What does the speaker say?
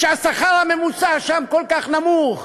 כשהשכר הממוצע שם כל כך נמוך?